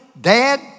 dad